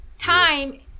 time